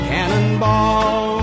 Cannonball